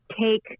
take